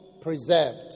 preserved